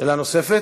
שאלה נוספת?